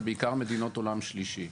זה בעיקר מדינות עולם שלישי.